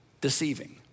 deceiving